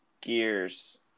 Gears